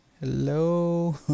Hello